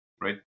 right